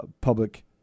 public